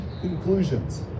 conclusions